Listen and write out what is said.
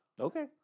Okay